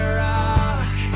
rock